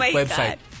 website